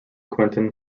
quentin